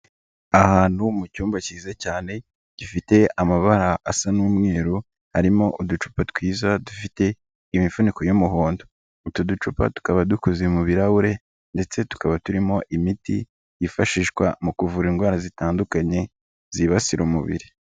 Ahantu mu cyumba cyiza cyane, gifite amabara asa n'umweru, harimo uducupa twiza dufite imifuniko y'umuhondo, utu ducupa tukaba dukoze mu birahure ndetse tukaba turimo imiti, yifashishwa mu kuvura indwara zitandukanye, zibasira umubiri.